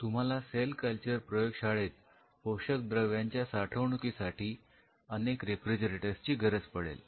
तुम्हाला cell culture प्रयोगशाळेत पोषक द्रव्यांच्या साठवणुकीसाठी अनेक रेफ्रिजरेटर्सची गरज पडेल